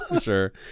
Sure